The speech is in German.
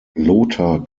lothar